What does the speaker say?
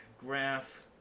graph